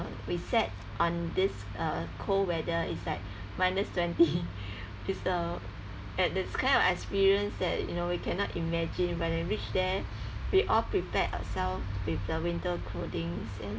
we sat on this uh cold weather is like minus twenty is a and that kind of experience that you know we cannot imagine when I reach there we all prepared ourself with the winter clothings